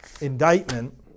indictment